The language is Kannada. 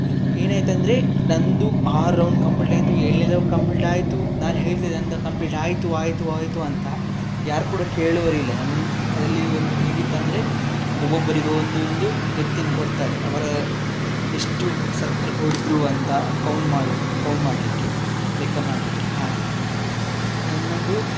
ಏನಾಯಿತಂದ್ರೆ ನನ್ನದು ಆರು ರೌಂಡ್ ಕಂಪ್ಲೀಟ್ ಆಯಿತು ಏಳನೇ ರೌಂಡ್ ಕಂಪ್ಲೀಟ್ ಆಯಿತು ನಾನು ಹೇಳ್ತಿದ್ದೆ ನನ್ನದು ಕಂಪ್ಲೀಟ್ ಆಯಿತು ಆಯಿತು ಆಯಿತು ಅಂತ ಯಾರು ಕೂಡ ಕೇಳುವರಿಲ್ಲ ನನ್ನ ಅದರಲ್ಲಿ ಒಂದು ಹೇಗಿತ್ತಂದರೆ ಒಬ್ಬೊಬ್ಬರಿಗು ಒಂದು ಒಂದು ವ್ಯಕ್ತಿಯನ್ನು ಕೊಡ್ತಾರೆ ಅವರು ಎಷ್ಟು ಸರ್ಕಲ್ ಹೊಡೆದ್ರು ಅಂತ ಕೌಂಟ್ ಮಾಡಿ ಕೌಂಟ್ ಮಾಡಲಿಕ್ಕೆ ಲೆಕ್ಕ ಮಾಡಲಿಕ್ಕೆ ಹಾಗೆ ನನ್ನದು